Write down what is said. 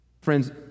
Friends